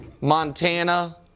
Montana